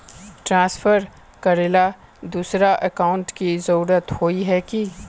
Transfer करेला दोसर account की जरुरत होय है की?